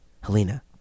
Helena